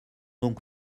donc